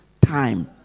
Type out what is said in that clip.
time